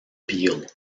peel